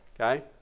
Okay